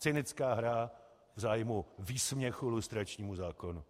Cynická hra v zájmu výsměchu lustračnímu zákonu.